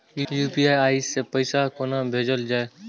UPI सै पैसा कोना भैजल जाय?